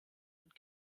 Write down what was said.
und